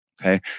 Okay